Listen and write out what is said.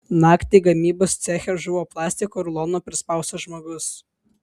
naktį gamybos ceche žuvo plastiko rulono prispaustas žmogus